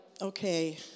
okay